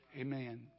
Amen